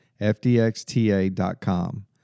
fdxta.com